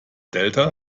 delta